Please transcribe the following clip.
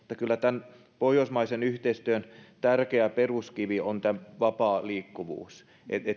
kyllä tämän pohjoismaisen yhteistyön tärkeä peruskivi on tämä vapaa liikkuvuus